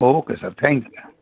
okay sir thank you